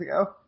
ago